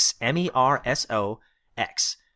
M-E-R-S-O-X